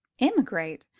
emigrate!